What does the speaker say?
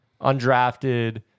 Undrafted